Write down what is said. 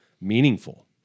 meaningful